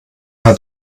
hat